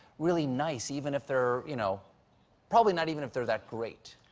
really nice even if they're, you know probably not even if they're that great